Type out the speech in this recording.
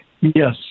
Yes